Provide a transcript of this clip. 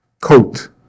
coat